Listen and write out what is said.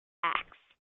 acts